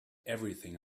everything